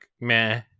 meh